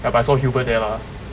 ya but I saw hubert there lah